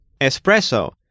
Espresso